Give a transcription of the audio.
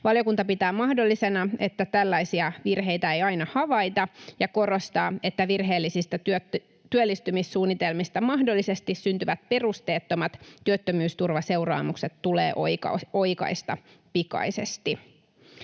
Valiokunta pitää mahdollisena, että tällaisia virheitä ei aina havaita, ja korostaa, että virheellisistä työllistymissuunnitelmista mahdollisesti syntyvät perusteettomat työttömyysturvaseuraamukset tulee oikaista pikaisesti.